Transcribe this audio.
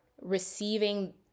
receiving